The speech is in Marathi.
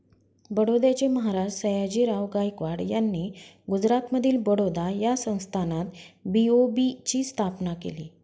बडोद्याचे महाराज सयाजीराव गायकवाड यांनी गुजरातमधील बडोदा या संस्थानात बी.ओ.बी ची स्थापना केली